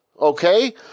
Okay